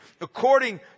according